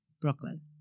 Brooklyn